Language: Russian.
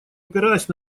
опираясь